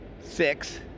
Six